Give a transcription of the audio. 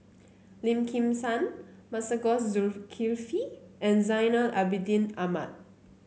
Lim Kim San Masagos Zulkifli and Zainal Abidin Ahmad